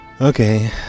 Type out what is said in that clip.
Okay